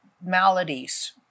maladies